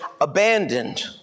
abandoned